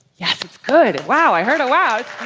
yes, it's good. and wow. i heard a wow.